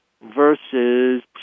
versus